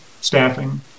staffing